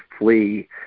flee